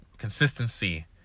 consistency